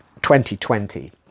2020